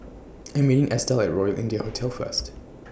I'm meeting Estell At Royal India Hotel First